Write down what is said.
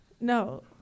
No